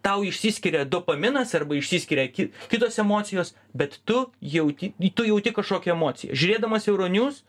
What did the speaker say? tau išsiskiria dopaminas arba išsiskiria ki kitos emocijos bet tu jauti tu jauti kažkokią emociją žiūrėdamas euronius